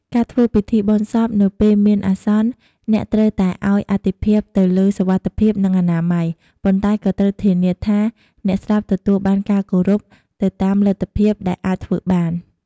ការធ្វើពិធីបុណ្យសពនៅពេលមានអាស្នន អ្នកត្រូវតែឲ្យអាទិភាពទៅលើសុវត្ថិភាព និង អនាម័យ ប៉ុន្តែក៏ត្រូវធានាថាអ្នកស្លាប់ទទួលបានការគោរព ទៅតាមលទ្ធភាពដែលអាចធ្វើទៅបាន។